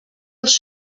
els